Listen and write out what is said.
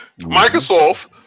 Microsoft